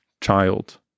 child